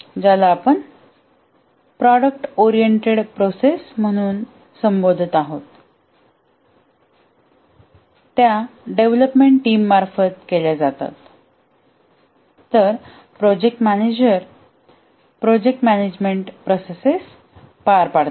ज्याला आपण product oriented process म्हणून संबोधत आहात त्या डेव्हलपमेंट टीममार्फत केल्या जातात तर project manager project management process पार पाडतात